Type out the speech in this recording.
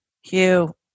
Hugh